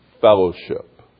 fellowship